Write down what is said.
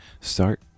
start